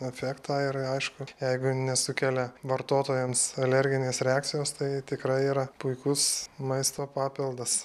efektą ir aišku jeigu nesukelia vartotojams alerginės reakcijos tai tikrai yra puikus maisto papildas